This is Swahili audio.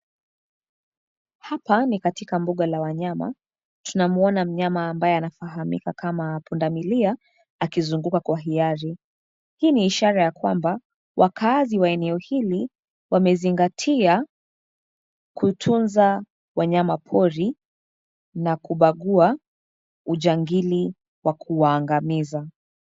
Hapa ni katika mbuga la wanyama, tunamwona ambaye mnyama anayefahamika kama pundamilia akizunguka kwa hiari, hii ni ishara ya kwamba wakaazi wa eneo hili wamezingatia kutunza wanyamapori na kubagua ujangili wa kuwa angamiza.